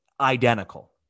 identical